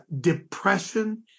depression